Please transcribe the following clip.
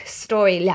story